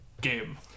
game